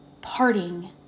parting